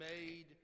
made